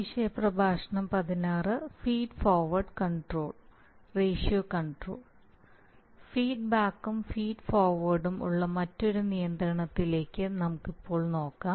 keyword നിയന്ത്രണം flow rate ratio control feedback നിയന്ത്രണം control stream ഫീഡ്ബാക്കും ഫീഡ് ഫോർവേർഡും ഉള്ള മറ്റൊരു നിയന്ത്രണത്തിലേക്ക് നമുക്ക് ഇപ്പോൾ നോക്കാം